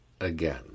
Again